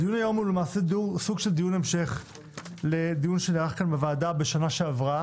הדיון היום הוא סוג של דיון המשך לדיון שנערך כאן בוועדה בשנה שעברה